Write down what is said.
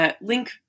link